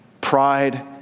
Pride